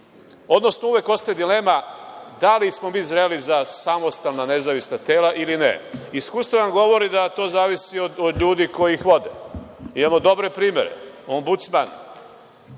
odnosno uvek ostaje dilema da li smo mi zreli za samostalna nezavisna tela ili ne. Iskustva nam govore da to zavisi od ljudi koji ih vode. Imamo dobre primere – Ombudsman,